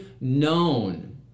known